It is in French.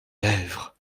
lèvres